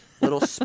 little